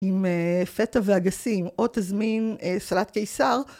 עם פטה ואגסים או תזמין סלט קיסר.